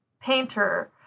painter